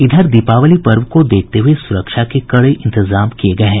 इधर दीपावली पर्व को देखते हये सुरक्षा के कड़े इंतजाम किये गये हैं